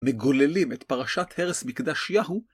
מגוללים את פרשת הרס מקדש יהוא.